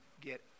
get